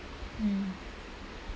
mm